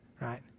right